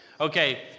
Okay